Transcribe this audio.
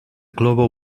global